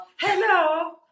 Hello